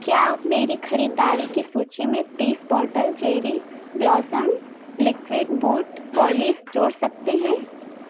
क्या आप मेरी ख़रीददारी की सूची में तीस bottle cherry blossom liquid boot polish जोड़ सकते हैं